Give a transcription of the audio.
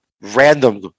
random